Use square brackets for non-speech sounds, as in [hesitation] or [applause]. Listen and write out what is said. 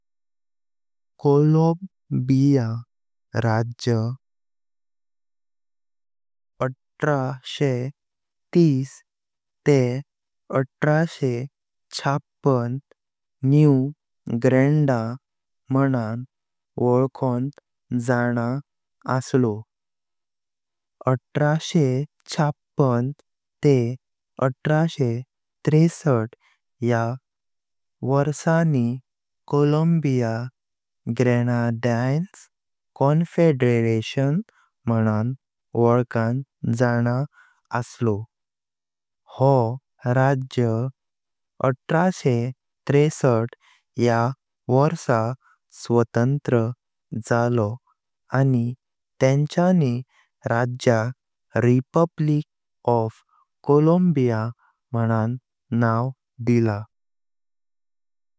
कोलंबिया राज्य [hesitation] एक हजार नौ सौ तीस ते एक हजार नौ सौ छप्पन न्यू ग्रेनेडा मणंवाकून जाना असलो। एक हजार नौ सौ छप्पन ते एक हजार नौ सौ तेसत ह्या वर्षानी कोलंबिया ग्रेनडाइन्स कॉन्फेडरेशन मणंवोकून जाना असलो। हो राज्य एक हजार नौ सौ तेसत ह्या वर्सा स्वतंत्र जालो आनी तेंचानी राज्यक रिपब्लिक ऑफ कोलंबिया मनुन नाव दिला।